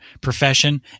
profession